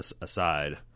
aside